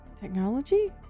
technology